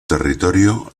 territorio